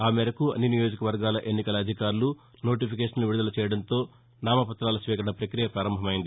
ఆ మేరకు అన్ని నియోజకవర్గాల ఎన్నికల అధికారులు నోటిఫికేషన్లు విడుదల చేయడంతో నామపతాల స్వీకరణ ప్రక్రియ పారంభమైంది